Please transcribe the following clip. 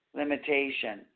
limitation